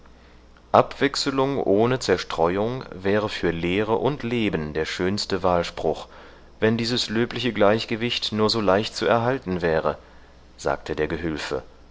abwechselung ohne zerstreuung wäre für lehre und leben der schönste wahlspruch wenn dieses löbliche gleichgewicht nur so leicht zu erhalten wäre sagte der gehülfe